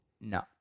No